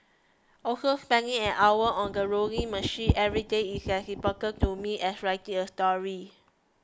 also spending an hour on the rowing machine every day is to me as writing a story